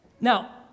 Now